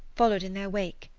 followed in their wake,